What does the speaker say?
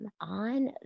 on